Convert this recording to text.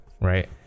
right